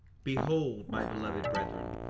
behold my beloved brethren,